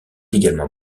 également